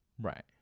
Right